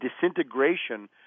disintegration